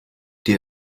die